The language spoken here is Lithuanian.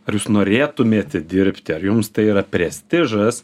ar jūs norėtumėte dirbti ar jums tai yra prestižas